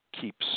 keeps